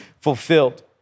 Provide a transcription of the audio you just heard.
fulfilled